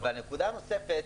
הנקודה הנוספת,